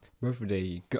birthday